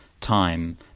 time